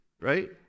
right